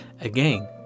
again